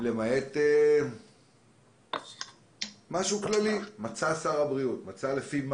למעט משהו כללי "מצא שר הבריאות" מצא לפי מה?